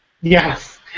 yes